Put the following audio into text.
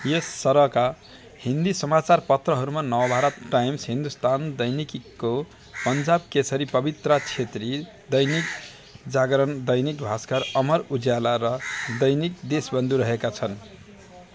यस सहरका हिन्दी समाचारपत्रहरूमा नवभारत टाइम्स हिन्दुस्तान दैनिकीको पन्जाब केसरी पवित्रा क्षेत्रीय दैनिक जागरण दैनिक भास्कर अमर उजला र दैनिक देशबन्धु रहेका छन्